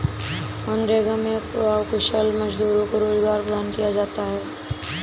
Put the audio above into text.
मनरेगा में अकुशल मजदूरों को रोजगार प्रदान किया जाता है